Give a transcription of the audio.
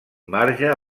marge